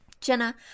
Jenna